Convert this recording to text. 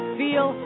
feel